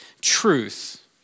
truth